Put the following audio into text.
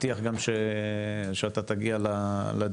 הבטיח גם שאתה תגיע לדיון,